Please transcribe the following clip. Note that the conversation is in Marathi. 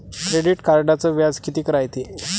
क्रेडिट कार्डचं व्याज कितीक रायते?